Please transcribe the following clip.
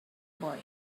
boy